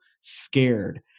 scared